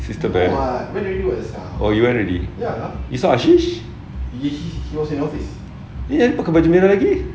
sister bear oh he went already you saw hashim dia pakai baju merah tadi